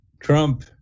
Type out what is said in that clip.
Trump